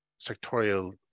sectorial